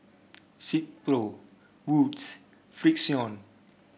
Silkpro Wood's Frixion